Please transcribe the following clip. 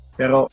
Pero